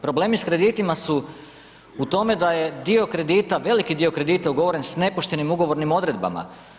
Problemi s kreditima su u tome da je dio kredita, veliki dio kredita je ugovoren s nepoštenim ugovornim odredbama.